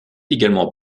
également